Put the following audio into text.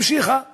המשיכה בשתיקה.